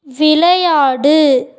விளையாடு